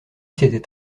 c’était